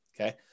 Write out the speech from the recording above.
okay